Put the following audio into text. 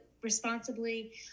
responsibly